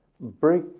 break